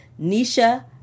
Nisha